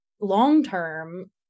long-term